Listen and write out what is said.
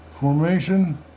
Formation